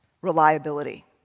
reliability